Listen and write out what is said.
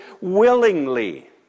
willingly